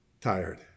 tired